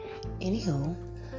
Anywho